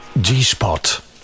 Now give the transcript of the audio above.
G-Spot